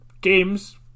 games